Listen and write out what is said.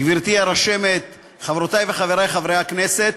גברתי הרשמת, חברותי וחברי חברי הכנסת,